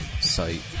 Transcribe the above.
site